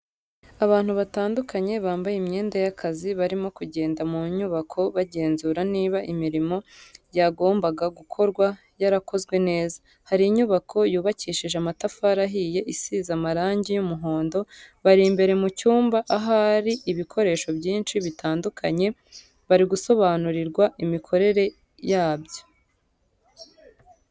Abantu batandukanye bambaye imyenda y'akazi barimo kugenda mu nyubako bagenzura niba imirimo yagombaga gukorwa yarakozwe neza, hari inyubako yubakishije amatafari ahiye isize amarangi y'umuhondo, bari imbere mu cyumba ahari ibikoresho byinshi bitandukanye bari gusobanurirwa imikorere yabyo.